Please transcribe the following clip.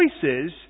choices